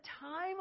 time